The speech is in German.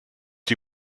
die